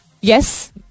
yes